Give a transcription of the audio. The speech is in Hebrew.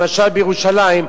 למשל בירושלים,